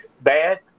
bad